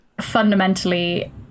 fundamentally